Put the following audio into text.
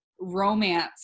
romance